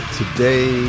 today